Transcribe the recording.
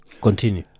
Continue